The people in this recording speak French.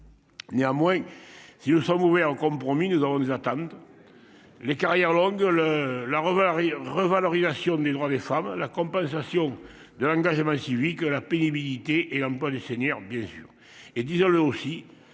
Néanmoins, si nous sommes ouverts au compromis. Nous avons nous attendent. Les carrières longues le la. Revalorisation des droits des femmes, la compensation de l'engagement civique la pénibilité et l'emploi des seniors. Bien sûr. Et disons-le aussi,